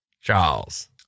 Charles